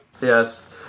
Yes